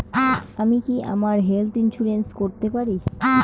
আমি কি আমার হেলথ ইন্সুরেন্স করতে পারি?